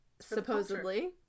supposedly